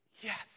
yes